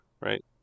right